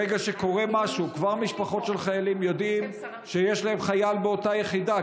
ברגע שקורה משהו כבר משפחות של חיילים יודעות שיש להן חייל באותה יחידה,